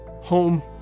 home